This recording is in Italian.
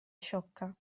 sciocca